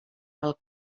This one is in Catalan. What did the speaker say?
pel